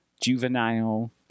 juvenile